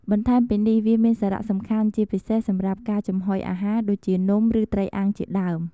បន្ថែមពីនេះ វាមានសារៈសំខាន់ជាពិសេសសម្រាប់ការចំហុយអាហារ ដូចជា នំ ឬត្រីអាំងជាដើម។